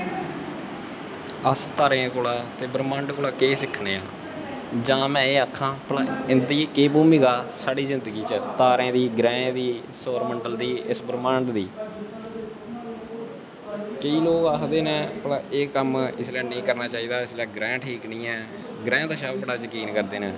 अस तारें कोला ते भरमंड कोला केह् सिक्खने आं जां में आक्खा भला इंदी केह् भुमिका ऐ साढ़ी जिन्दगी च तारें दी ग्रैहें दी सौरमंडल दी इस भरमंड दी केंई लोग आखदे न एह् कम्म इसलै नेंई करना चाही दा इसलै ग्रैह् ठीक नी ऐ ग्रैहें दा शायद बड़ा ज़कीन करदे नै